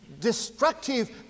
destructive